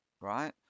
right